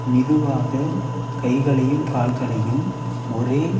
மெதுவாக கைகளையும் கால்களையும் ஒரே